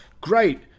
great